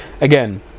again